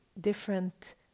different